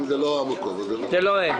אם זה לא המקום אז זה לא המקום.